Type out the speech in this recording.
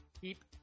Keep